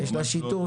זה ממש לא אותו דבר.